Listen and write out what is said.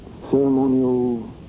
ceremonial